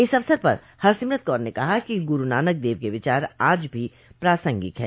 इस अवसर पर हरसिमरत कौर ने कहा कि गुरू नानक देव के विचार आज भी प्रासंगिक हैं